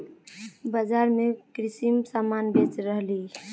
बाजार में कुंसम सामान बेच रहली?